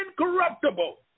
incorruptible